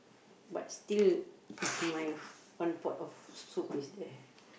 but still is my one pot of soup is there